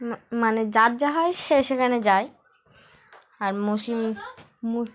মানে যার যা হয় সে সেখানে যায় আর মুসলিম